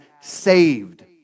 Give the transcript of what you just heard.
saved